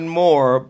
more